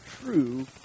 true